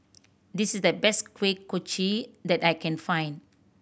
this is the best Kuih Kochi that I can find